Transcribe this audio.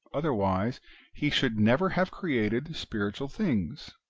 otherwise he should never have created spiritual things.